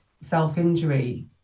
self-injury